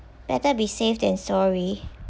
better be safe than sorry